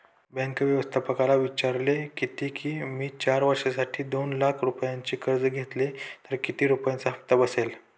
bank व्यवस्थापकाला विचारले किती की, मी चार वर्षांसाठी दोन लाख रुपयांचे कर्ज घेतले तर किती रुपयांचा हप्ता बसेल